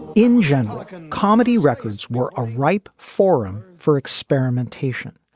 in general, like ah comedy records were a ripe forum for experimentation,